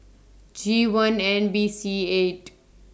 G one N B C eight